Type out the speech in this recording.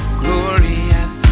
glorious